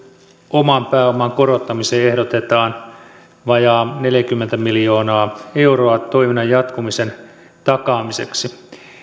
oman pääoman korottamiseen ehdotetaan vajaa neljäkymmentä miljoonaa euroa toiminnan jatkumisen takaamiseksi